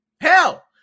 hell